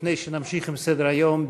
לפני שנמשיך בסדר-היום,